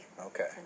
Okay